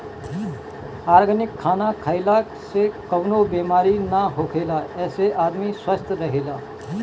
organic खाना खइला से कवनो बेमारी ना होखेला एसे आदमी स्वस्थ्य रहेला